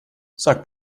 sag